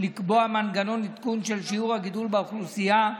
לקבוע מנגנון עדכון של שיעור הגידול באוכלוסייה,